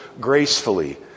gracefully